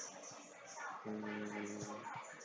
mm